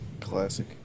Classic